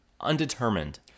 undetermined